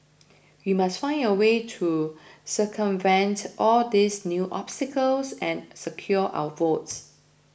we must find a way to circumvent all these new obstacles and secure our votes